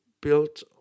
built